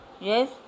Yes